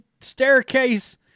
staircase